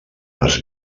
les